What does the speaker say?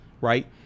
Right